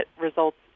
results